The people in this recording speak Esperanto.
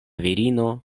virino